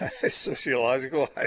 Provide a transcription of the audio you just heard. Sociological